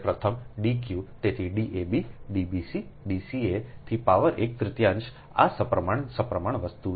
તેથી D ab D b c D c a થી power એક તૃતીયાંશ આ સપ્રમાણ સપ્રમાણ વસ્તુ